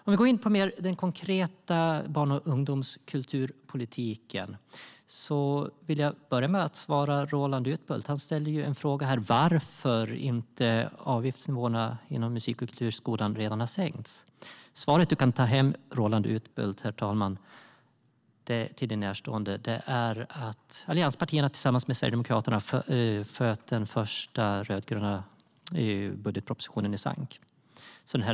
Jag ska gå in på den konkreta barn och ungdomskulturpolitiken och börja med att svara på en fråga från Roland Utbult. Han frågade varför avgiftsnivåerna inom musik och kulturskolan inte redan har sänkts. Svaret som Roland Utbult kan ta hem till sin närstående är att allianspartierna tillsammans med Sverigedemokraterna sköt den första rödgröna budgetpropositionen i sank.